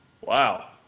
Wow